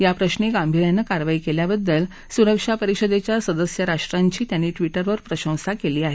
या प्रश्नी गांभीर्यानं कारवाई केल्याबद्दल सुरक्षा परिषदेच्या सदस्य राष्ट्रांची त्यांनी ट्विटरवर प्रशंसा केली आहे